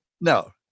No